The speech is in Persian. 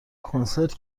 کنسرت